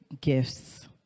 gifts